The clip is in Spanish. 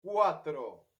cuatro